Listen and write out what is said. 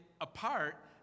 apart